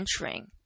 entering